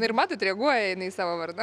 ir matot reaguoja jinai į savo vardą